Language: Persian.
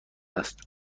است